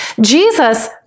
Jesus